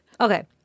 Okay